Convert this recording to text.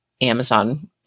Amazon